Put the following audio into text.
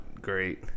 great